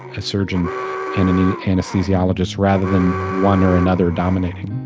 a surgeon and an an anesthesiologist rather than one or another dominating